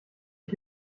ich